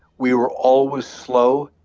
we were always slow,